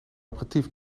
aperitief